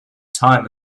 time